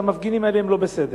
שהמפגינים האלה הם לא בסדר.